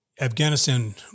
Afghanistan